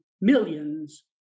millions